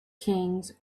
kings